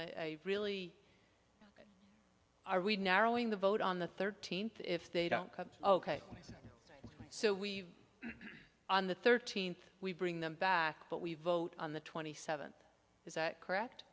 i really are we narrowing the vote on the thirteenth if they don't come ok so we on the thirteenth we bring them back but we vote on the twenty seventh is that correct